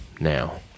now